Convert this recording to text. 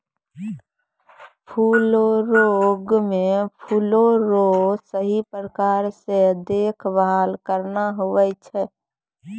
फूलो रो रोग मे फूलो रो सही प्रकार से देखभाल करना हुवै छै